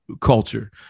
culture